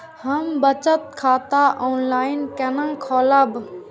हम बचत खाता ऑनलाइन केना खोलैब?